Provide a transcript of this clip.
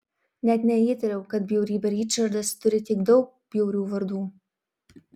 net neįtariau kad bjaurybė ričardas turi tiek daug bjaurių vardų